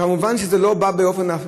מובן שזה לא בא בהפתעה,